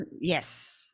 yes